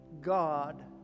God